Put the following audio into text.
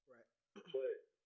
Right